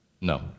No